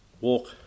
walk